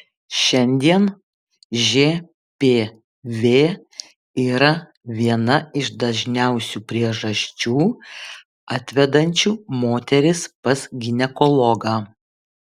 šiandien žpv yra viena iš dažniausių priežasčių atvedančių moteris pas ginekologą